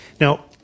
now